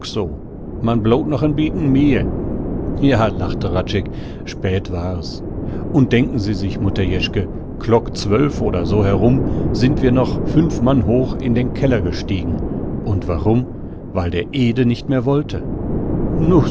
man blot noch en beten mihr ja lachte hradscheck spät war es un denken sie sich mutter jeschke klock zwölf oder so herum sind wir noch fünf mann hoch in den keller gestiegen und warum weil der ede nicht mehr wollte